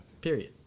Period